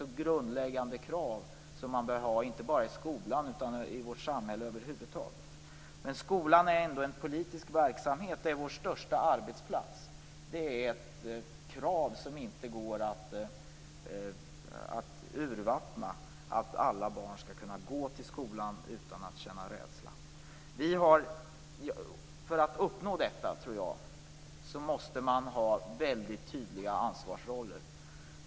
Sådana grundläggande krav bör ställas inte bara i skolan utan i vårt samhälle över huvud taget. Skolan är dock en politiskt skapad verksamhet och vår största arbetsplats, och det gäller här krav som inte får urvattnas. Alla barn skall kunna gå till skolan utan att känna rädsla. Jag tror att man för att uppnå detta måste ha väldigt tydliga ansvarsroller.